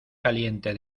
caliente